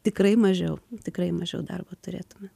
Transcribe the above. tikrai mažiau tikrai mažiau darbo turėtume